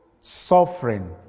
suffering